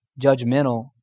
judgmental